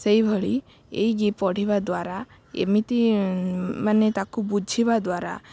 ସେଇଭଳି ଏଇ ୟେ ପଢ଼ିବା ଦ୍ୱାରା ଏମିତି ମାନେ ତାକୁ ବୁଝିବା ଦ୍ଵାରା